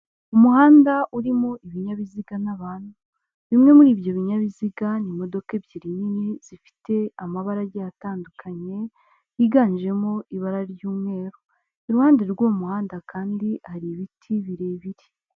Umuhanda urimo ibinyabiziga n'abantu, bimwe muri ibyo binyabiziga ni imodoka ebyiri nini zifite amabara agiye atandukanye yiganjemo ibara ry'umweru, iruhande rw'umuhanda kandi hari ibiti birebire.